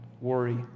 worry